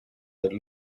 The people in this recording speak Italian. del